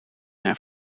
naar